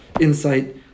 insight